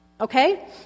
Okay